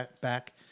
back